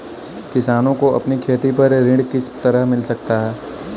किसानों को अपनी खेती पर ऋण किस तरह मिल सकता है?